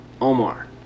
Omar